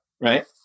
right